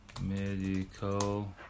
Medical